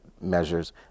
measures